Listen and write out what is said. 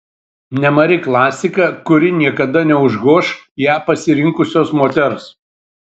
nemari klasika kuri niekada neužgoš ją pasirinkusios moters